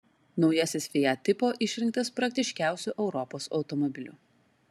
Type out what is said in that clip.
naujasis fiat tipo išrinktas praktiškiausiu europos automobiliu